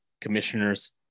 commissioners